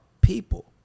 people